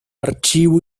archivo